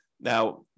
Now